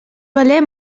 valer